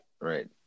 right